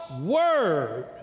word